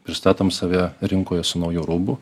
pristatom save rinkoje su nauju rūbu